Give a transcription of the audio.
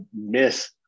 miss